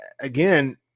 again